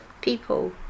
people